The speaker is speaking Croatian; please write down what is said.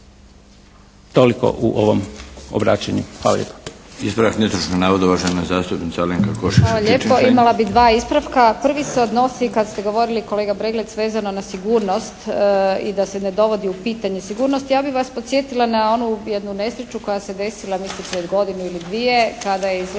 toliko u ovom obraćanju. Hvala lijepo.